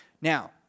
Now